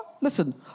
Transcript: listen